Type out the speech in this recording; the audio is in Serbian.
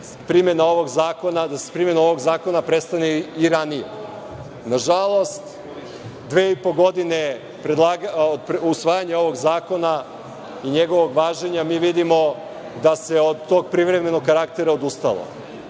da primena ovog zakona prestane i ranije. Nažalost, dve i po godine od usvajanja ovog zakona i njegovog važenja mi vidimo da se od tog privremenog karaktera odustalo